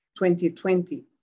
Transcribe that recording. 2020